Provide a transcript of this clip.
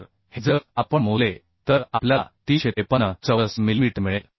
तर हे जर आपण मोजले तर आपल्याला 353 चौरस मिलीमीटर मिळेल